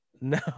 No